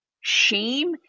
shame